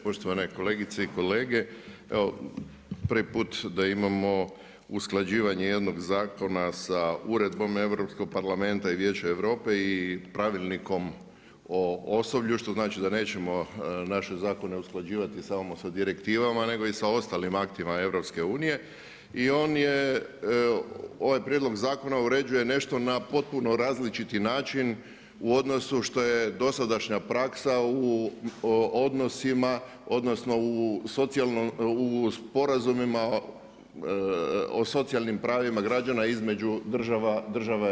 Poštovane kolegice i kolege, evo prvi put da imamo usklađivanje jednog zakona sa Uredbom Europskog parlamenta i Vijeće Europe i pravilnikom o osoblju, što znači da nećemo naše zakone usklađivati samo sa direktivama, nego i sa ostalim aktima EU i on je, ovaj prijedlog zakona uređuje nešto na potpuni različiti način u odnosu na što je do sadašnja praksa u odnosima, u sporazumima o socijalnim pravima građana između država EU.